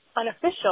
unofficial